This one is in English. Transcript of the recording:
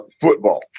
football